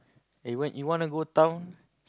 eh when you wanna go town